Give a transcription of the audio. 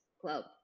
Club